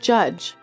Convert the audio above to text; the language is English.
Judge